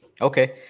okay